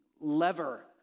lever